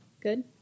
Good